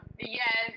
Yes